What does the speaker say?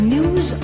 News